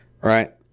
Right